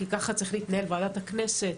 כי ככה צריכה להתנהל ועדת הכנסת,